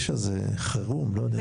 לא יודע.